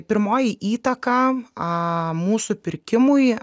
pirmoji įtaka a mūsų pirkimui